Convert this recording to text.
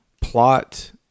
plot